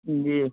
جی